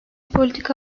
politika